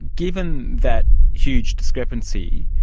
given that huge discrepancy,